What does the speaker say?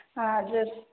हजुर